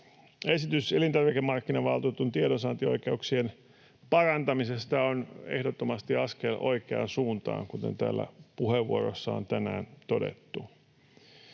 esitys elintarvikemarkkinavaltuutetun tiedonsaantioikeuksien parantamisesta on ehdottomasti askel oikeaan suuntaan, kuten täällä puheenvuoroissa on tänään todettu.